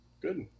Good